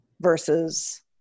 versus